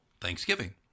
Thanksgiving